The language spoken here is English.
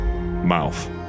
mouth